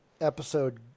episode